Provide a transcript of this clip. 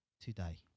today